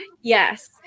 Yes